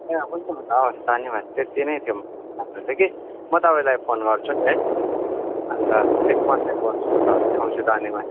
अँ हुन्छ हुन्छ हवस धन्यवाद त्यति नै थियो भन्नु चाहिँ कि म तपाईँलाई फोन गर्छु नि है अनि त त्यही कन्ट्याक्ट गर्छु म तपाईँलाई हुन्छ धन्यवाद हुन्छ धन्यवाद